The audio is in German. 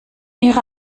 ihrer